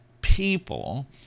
people